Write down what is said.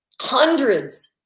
hundreds